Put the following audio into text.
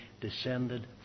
descended